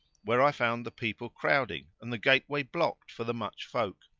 where i found the people crowding and the gateway blocked for the much folk.